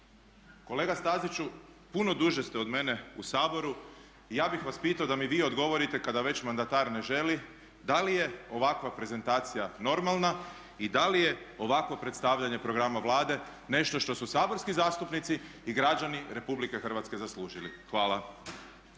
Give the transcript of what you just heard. Kolega Staziću, puno duže ste od mene u Saboru i ja bih vas pitao da mi vi odgovorite kada već mandatar ne želi da li je ovakva prezentacija normalna i da li je ovakvo predstavljanje programa Vlade nešto što su saborski zastupnici i građani Republike Hrvatske zaslužili. Hvala.